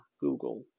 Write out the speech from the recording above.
Google